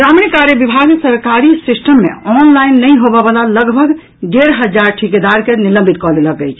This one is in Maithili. ग्रामीण कार्य विभाग सरकारी सिस्टम मे ऑनलाइन नहि होबयवला लगभग डेढ़ हजार ठिकेदार के निलंबित कऽ देलक अछि